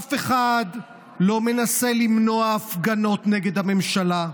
כשאף אחד לא מנסה למנוע הפגנות נגד הממשלה.